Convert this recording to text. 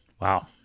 Wow